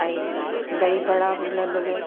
ऐं दही बड़ा बि मिलंदव